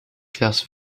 glas